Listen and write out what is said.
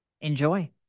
Enjoy